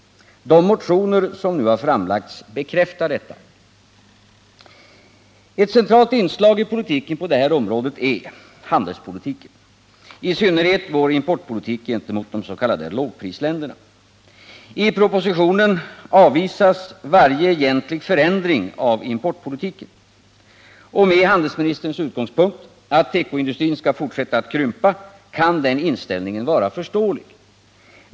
De motioner som nu har framlagts bekräftar detta. Ett centralt inslag i politiken på det här området är handelspolitiken, i synnerhet vår importpolitik gentemot de s.k. lågprisländerna. I propositionen avvisas varje egentlig förändring av importpolitiken. Med handelsministerns utgångspunkt, att tekoindustrin skall fortsätta att krympa, kan den inställningen vara förståelig.